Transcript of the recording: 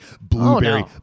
blueberry